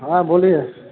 હા બોલીએ